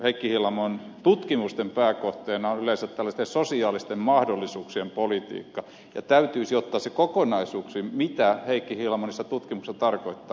heikki hiilamon tutkimusten pääkohteena on yleensä tällaisten sosiaalisten mahdollisuuksien politiikka ja täytyisi ottaa se kokonaisuutena mitä heikki hiilamo niissä tutkimuksissa tarkoittaa